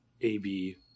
AB